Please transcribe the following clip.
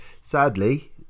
sadly